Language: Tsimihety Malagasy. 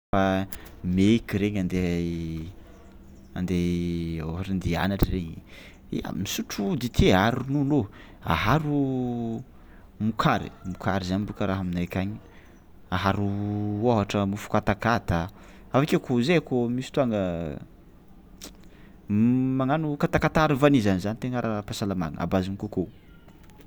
A maiky regny andeha andeha ôhatra andeha hianatra regny e- misotro dite aharo ronono ô, aharo mokary, mokary zany boka raha aminay akagny aharo ôhatra mofo katakata avy akeo koa zahay koa misy fotoagna m- magnano kakataka aharo vanille zany zany tegna ara-pahasalamagna à base-n'ny coco.